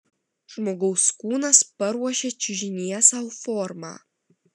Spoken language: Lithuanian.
žmogaus kūnas paruošia čiužinyje sau formą